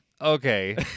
Okay